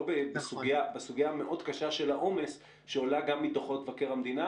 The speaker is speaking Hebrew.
לא בסוגיה המאוד קשה של העומס שעולה גם מדוחות מבקר המדינה.